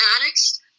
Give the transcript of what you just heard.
addicts